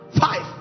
Five